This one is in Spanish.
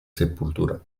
sepultura